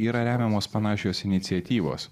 yra remiamos panašios iniciatyvos